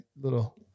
little